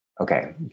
okay